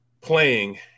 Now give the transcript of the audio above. playing